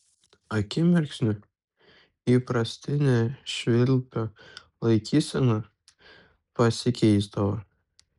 akimirksniu įprastinė švilpio laikysena pasikeisdavo